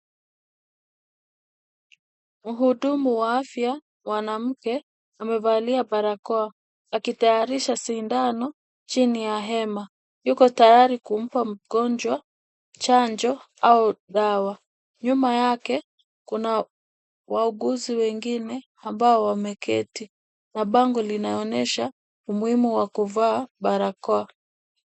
Mhudumu wa afya mwanamke amevalia barakoa akitayarisha sindano chini ya hema, yuko tayari kumpa mgonjwa chanjo au dawa. Nyuma yake kuna wauguzi wengine ambao wameketi na bango linaonesha umuhimu wa kuvaa barakoa.